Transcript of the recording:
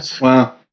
Wow